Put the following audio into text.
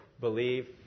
believe